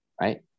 right